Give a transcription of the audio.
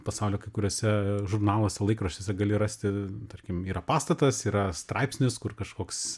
pasaulio kai kuriuose žurnaluose laikraščiuose gali rasti tarkim yra pastatas yra straipsnis kur kažkoks